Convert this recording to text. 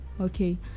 Okay